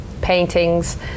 paintings